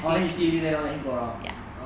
orh then he pee already let him go out